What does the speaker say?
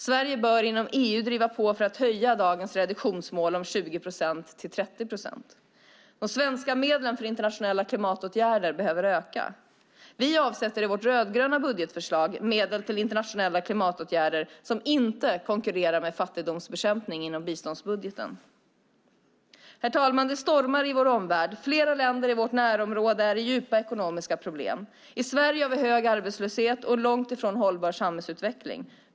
Sverige bör inom EU driva på för att höja dagens reduktionsmål om 20 procent till 30 procent. De svenska medlen för internationella klimatåtgärder behöver öka. Vi avsätter enligt vårt rödgröna budgetförslag medel till internationella klimatåtgärder som inte konkurrerar med fattigdomsbekämpning inom biståndsbudgeten. Herr talman! Det stormar i vår omvärld. Flera länder i vårt närområde är i djupa ekonomiska problem. I Sverige har vi hög arbetslöshet och långt ifrån hållbar samhällsutveckling.